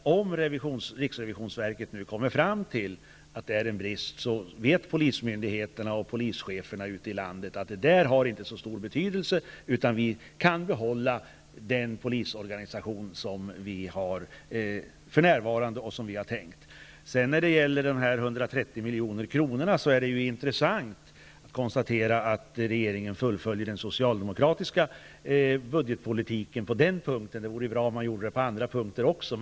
Om riksrevisionsverket kommer fram till att det finns en brist, vet polismyndigheterna och polischeferna ute i landet att det inte har så stor betydelse, utan de kan behålla den polisorganisation som de för närvarande har. När det sedan gäller dessa 130 milj.kr., är det intressant att konstatera att regeringen fullföljer den socialdemokratiska budgetpolitiken på den punkten. Det vore ju bra om man gjorde det på andra punkter också.